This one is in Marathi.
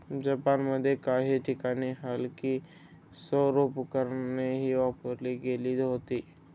जपानमध्ये काही ठिकाणी हलकी सौर उपकरणेही वापरली गेली होती